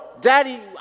Daddy